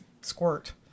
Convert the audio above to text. squirt